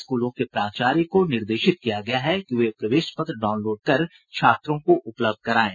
स्कूलों के प्राचार्य को निर्देशित किया गया है कि वे प्रवेश पत्र डाउनलोड कर छात्रों को उपलब्ध करायें